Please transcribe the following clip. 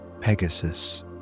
Pegasus